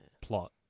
plot